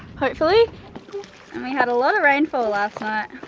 hopefully. and we had a lot of rainfall last night.